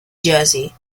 jersey